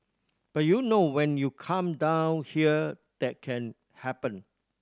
but you know when you come down here that can happen